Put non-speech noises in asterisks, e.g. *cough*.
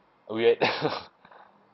weird *laughs*